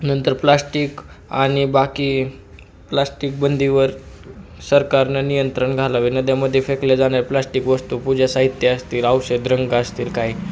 नंतर प्लास्टिक आणि बाकी प्लास्टिक बंदीवर सरकारने नियंत्रण घालावे नद्यांमध्ये फेकल्या जाणाऱ्या प्लास्टिक वस्तू पूजा साहित्य असतील औषध रंग असतील काही